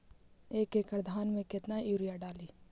एक एकड़ धान मे कतना यूरिया डाली?